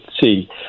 see